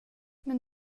men